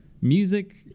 Music